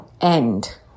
end